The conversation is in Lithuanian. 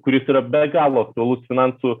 kuris yra be galo aktualus finansų